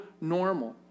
normal